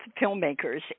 filmmakers